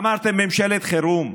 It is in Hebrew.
אמרתם ממשלת חירום?